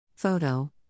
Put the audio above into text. Photo